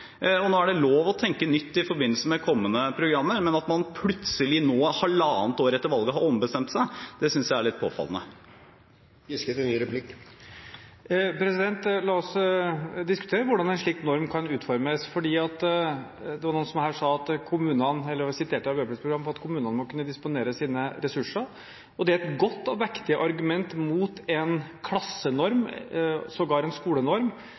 Nå er det lov å tenke nytt i forbindelse med kommende programmer, men at man plutselig nå, halvannet år etter valget, har ombestemt seg, synes jeg er litt påfallende. La oss diskutere hvordan en slik norm kan utformes. Det var noen her som siterte fra Arbeiderpartiets program, at kommunene må kunne disponere sine ressurser. Det er et godt og vektig argument mot en klassenorm, sågar en skolenorm,